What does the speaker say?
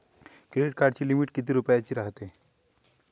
Credit कार्डाची limit कितीक रुपयाची रायते?